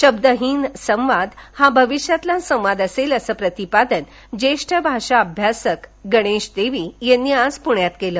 शब्दहीन संवाद हा भविष्यातील संवाद असेल असं प्रतिपादन ज्येष्ट भाषा अभ्यासक गणेश देवी यांनी आज पृण्यात केल